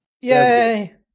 Yay